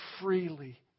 freely